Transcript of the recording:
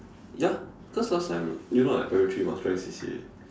ya because last time you know like primary three must join C_C_A